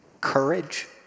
courage